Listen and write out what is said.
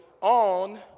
on